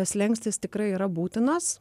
slenkstis tikrai yra būtinas